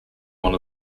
one